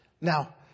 Now